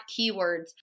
keywords